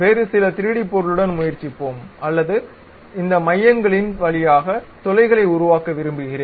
வேறு சில 3D பொருளுடன் முயற்சிப்போம் அல்லது இந்த மையங்களின் வழியாக துளைகளை உருவாக்க விரும்புகிறேன்